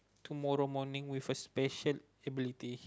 tomorrow morning with a special ability